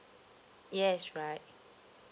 yes right